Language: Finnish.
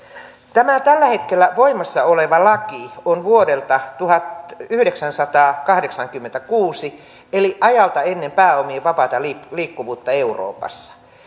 tämä tällä hetkellä voimassa oleva laki on vuodelta tuhatyhdeksänsataakahdeksankymmentäkuusi eli ajalta ennen pääomien vapaata liikkuvuutta euroopassa